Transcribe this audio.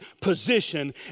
position